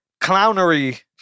clownery